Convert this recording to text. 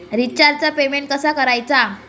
रिचार्जचा पेमेंट कसा करायचा?